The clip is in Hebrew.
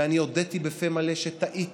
ואני הודיתי בפה מלא שטעיתי